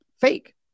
fake